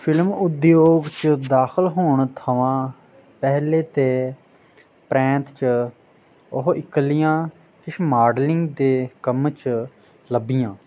film उद्योग च दाखल होन थमां पैह्लें ते परैंत्त च ओह् इक्कलियां किश माडलिंग दे कम्में च लब्भियां